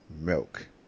milk